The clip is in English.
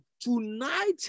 tonight